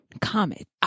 Comet